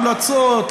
המלצות,